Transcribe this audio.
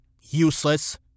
Useless